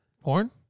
Porn